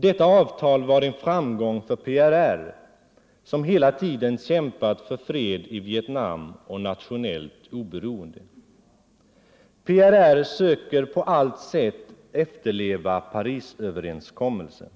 Detta avtal var en framgång för PRR, som hela tiden kämpat för fred i Vietnam och nationellt oberoende. PRR söker på allt sätt efterleva Parisöverenskommelsen.